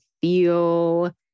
feel